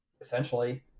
essentially